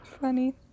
funny